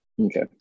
Okay